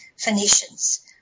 Phoenicians